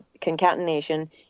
concatenation